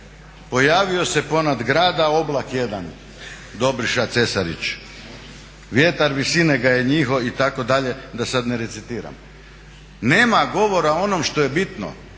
Pojavio se ponad grada oblak jedan, Dobriša Cesarić. Vjetar visine ga je njihao itd. da sad ne recitiram. Nema govora o onom što je bitno.